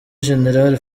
gen